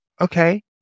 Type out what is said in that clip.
Okay